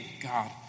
God